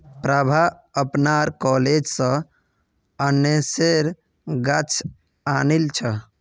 प्रभा अपनार कॉलेज स अनन्नासेर गाछ आनिल छ